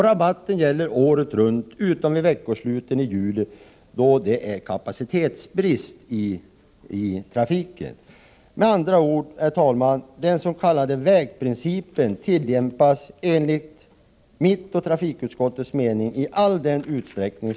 Rabatten gäller året runt utom under veckosluten i juli, då det är kapacitetsbrist i trafiken. Den s.k. vägprincipen, herr talman, tillämpas med andra ord enligt mitt och trafikutskottets mening i all möjlig utsträckning.